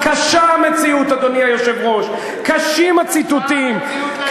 קשה המציאות, אדוני היושב-ראש, קשים הציטוטים.